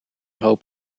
hoop